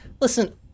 listen